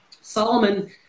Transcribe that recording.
Solomon